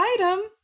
item